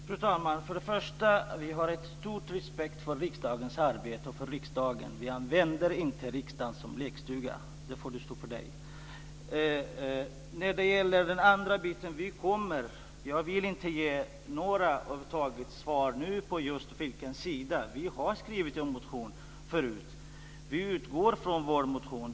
Fru talman! För det första: Vi har stor respekt för riksdagens arbete och för riksdagen. Vi använder inte riksdagen som lekstuga - det får stå för Marianne För det andra: Jag vill inte ge några svar på frågan vilken sida vi befinner oss på. Vi har skrivit en motion, och vi utgår från den.